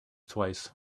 twice